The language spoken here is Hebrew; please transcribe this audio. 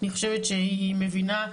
אני חושבת שהיא מבינה,